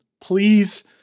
please